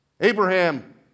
Abraham